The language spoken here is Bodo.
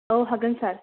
औ हागोन सार